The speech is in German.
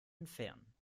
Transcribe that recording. entfernen